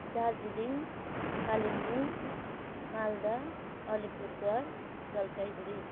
Darjeeling Kalimpong Malda Alipurduar Jalpaiguri